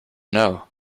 know